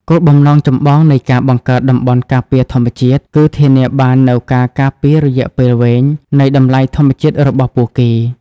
គោលបំណងចម្បងនៃការបង្កើតតំបន់ការពារធម្មជាតិ គឺធានាបាននូវការការពាររយៈពេលវែងនៃតម្លៃធម្មជាតិរបស់ពួកគេ។